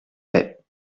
fait